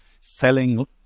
selling